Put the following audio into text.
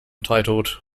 titled